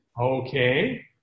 okay